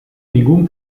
ningún